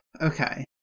Okay